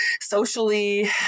socially